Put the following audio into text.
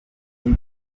pius